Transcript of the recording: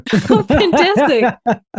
Fantastic